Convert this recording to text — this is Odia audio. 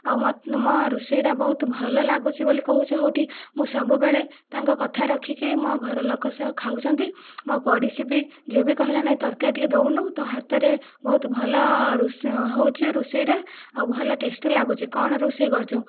ଆଉ ମୋ ରୋଷେଇଟା ବହୁତ ଭଲ ଲାଗୁଛି ବୋଲି କହୁଛି ହେଉ ଠିକ ମୁଁ ସବୁବେଳେ ତାଙ୍କ କଥା ରଖିକି ମୋ ଘର ଲୋକ ସହ ଖାଉଛନ୍ତି ମୋ ପଡ଼ୋଶୀ ଯିଏ ବି କହିଲା କି ନାଇଁ ତରକାରୀ ଟିକିଏ ଦେଉନୁ ତୋ ହାତରେ ବହୁତ ଭଲ ରୋଷଇ ହେଉଛି ରୋଷେଇଟା ଆଉ ଭଲ ଟେଷ୍ଟି ଲାଗୁଛି କ'ଣ ରୋଷେଇ କରୁଛୁ